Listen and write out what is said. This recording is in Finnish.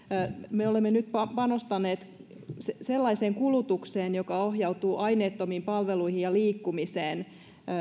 me olemme nyt panostaneet sellaiseen kulutukseen joka ohjautuu aineettomiin palveluihin ja liikkumiseen